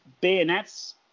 bayonets